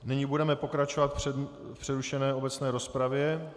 Nyní budeme pokračovat v přerušené obecné rozpravě.